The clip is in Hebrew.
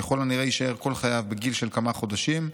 ככל הנראה יישאר כל חייו בגיל של כמה חודשים,